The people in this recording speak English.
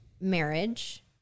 marriage